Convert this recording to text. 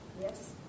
Yes